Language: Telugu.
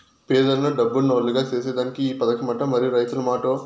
పేదలను డబ్బునోల్లుగ సేసేదానికే ఈ పదకమట, మరి రైతుల మాటో